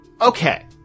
Okay